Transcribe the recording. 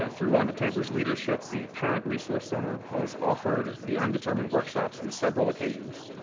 ah through rhonda taber's leadership, the parent resource center has offered the i'm determined workshops in several locations.